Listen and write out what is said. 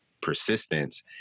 persistence